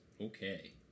Okay